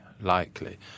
likely